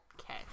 Okay